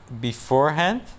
beforehand